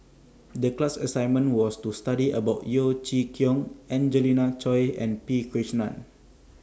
The class assignment was to study about Yeo Chee Kiong Angelina Choy and P Krishnan